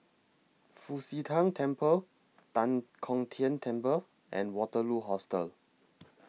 Fu Xi Tang Temple Tan Kong Tian Temple and Waterloo Hostel